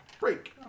break